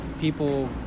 people